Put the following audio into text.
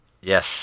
Yes